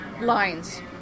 Lines